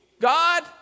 God